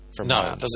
No